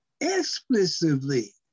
explicitly